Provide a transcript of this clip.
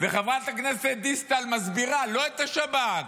וחברת הכנסת דיסטל מסבירה: לא את השב"כ,